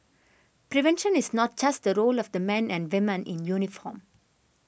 prevention is not just the role of the men and women in uniform